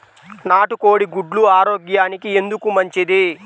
నాటు కోడి గుడ్లు ఆరోగ్యానికి ఎందుకు మంచిది?